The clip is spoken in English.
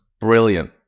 brilliant